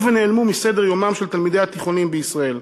ונעלמו מסדר-יומם של תלמידי התיכונים בישראל.